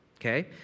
okay